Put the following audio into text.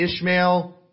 Ishmael